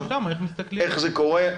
איך זה קורה.